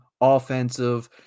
offensive